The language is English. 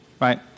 right